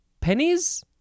pennies